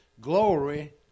Glory